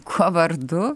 kuo vardu